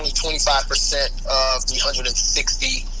a one hundred and sixty.